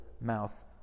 mouth